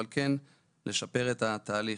אבל כן לשפר את התהליך.